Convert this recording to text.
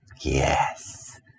Yes